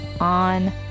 on